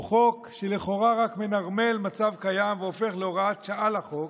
הוא חוק שלכאורה רק מנרמל מצב קיים והופך הוראת שעה לחוק.